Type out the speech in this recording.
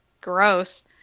gross